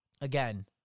again